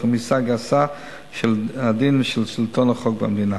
רמיסה גסה של הדין ושל שלטון החוק במדינה.